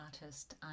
artist